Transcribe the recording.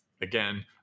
again